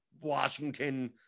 Washington